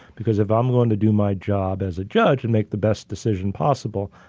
because if i'm going to do my job as a judge and make the best decision possible,